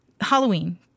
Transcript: Halloween